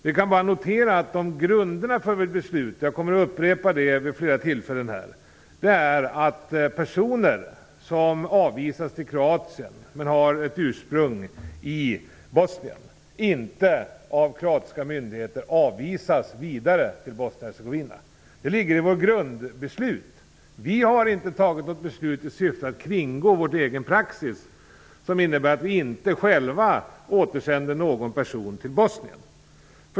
Vi kan bara notera att grunderna för besluten - jag kommer att upprepa det vid flera tillfällen - är att personer som avvisas till Kroatien men som har sitt ursprung i Bosnien inte avvisas vidare av kroatiska myndigheter till Bosnien-Hercegovina. Det är grunden för våra beslut. Vi har inte fattat något beslut i syfte att kringgå vår egen praxis, som innebär att vi inte själva återsänder någon person till Bosnien.